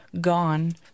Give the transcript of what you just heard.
gone